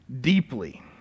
deeply